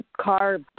car